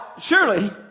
surely